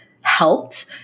helped